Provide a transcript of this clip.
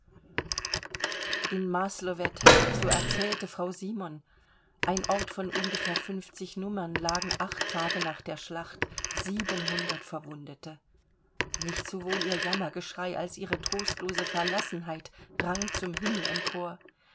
in masloved so erzählte frau simon ein ort von ungefähr fünfzig nummern lagen acht tage nach der schlacht verwundete nicht sowohl ihr jammergeschrei als ihre trostlose verlassenheit drang zum himmel empor